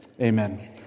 Amen